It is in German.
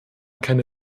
keine